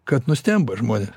kad nustemba žmonės